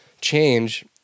change